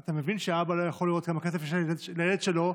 אתה מבין שהאבא לא יכול לראות כמה כסף יש לילד שלו.